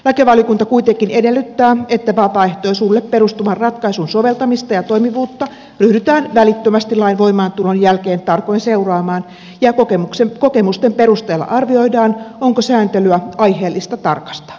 lakivaliokunta kuitenkin edellyttää että vapaaehtoisuudelle perustuvan ratkaisun soveltamista ja toimivuutta ryhdytään välittömästi lain voimaantulon jälkeen tarkoin seuraamaan ja kokemusten perusteella arvioidaan onko sääntelyä aiheellista tarkistaa